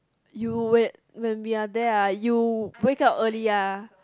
you would when we are there ah you wake up early ah